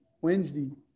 Wednesday